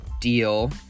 deal